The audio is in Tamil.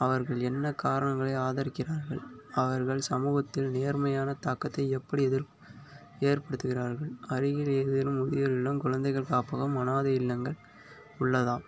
அவர்கள் என்ன காரணங்களை ஆதரிக்கிறார்கள் அவர்கள் சமூகத்தில் நேர்மையான தாக்கத்தை எப்படி எதிர் ஏற்படுத்துகிறார்கள் அருகில் ஏதேனும் முதியோர் இல்லம் குழந்தைகள் காப்பகம் அனாதை இல்லங்கள் உள்ளதா